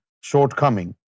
shortcoming